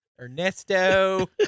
Ernesto